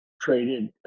traded